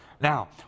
Now